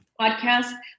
podcast